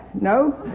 No